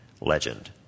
legend